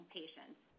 patients